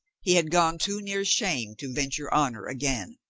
he had gone too near shame to venture honor again.